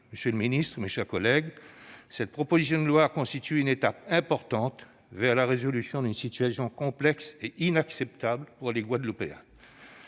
Monsieur le ministre, mes chers collègues, cette proposition de loi constitue une étape importante vers la résolution d'une situation complexe et inacceptable pour les Guadeloupéens.